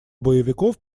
боевиков